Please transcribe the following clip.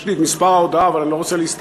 יש לי מספר ההודעה, אבל אני לא רוצה להסתבך,